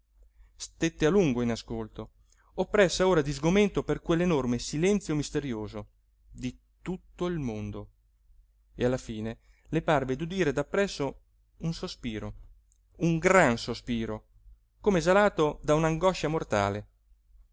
stette a lungo in ascolto oppressa ora di sgomento per quell'enorme silenzio misterioso di tutto il mondo e alla fine le parve d'udire da presso un sospiro un gran sospiro come esalato da un'angoscia mortale